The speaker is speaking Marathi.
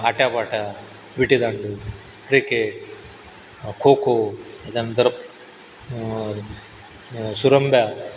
आट्यापाट्या विटीदांडू क्रिकेट खो खो त्याच्यानंतर मग सुरंब्या